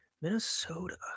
Minnesota